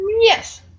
yes